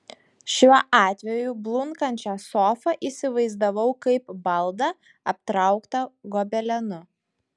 šiuo atveju blunkančią sofą įsivaizdavau kaip baldą aptrauktą gobelenu